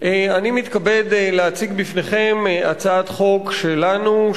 אני מתכבד להציג בפניכם הצעת חוק שלנו,